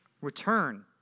return